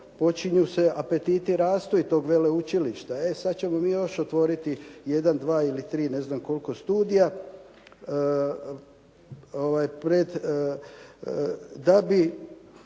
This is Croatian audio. počinje se, apetiti rastu i toga veleučilišta. E sada ćemo mi još otvoriti jedan, dva ili tri ne znam koliko studija da bi